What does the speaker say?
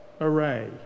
array